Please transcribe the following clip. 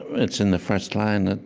it's in the first line and